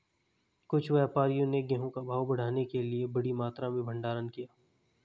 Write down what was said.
कुछ व्यापारियों ने गेहूं का भाव बढ़ाने के लिए बड़ी मात्रा में भंडारण किया